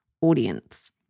audience